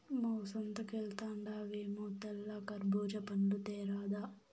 మ్మే సంతకెల్తండావేమో తెల్ల కర్బూజా పండ్లు తేరాదా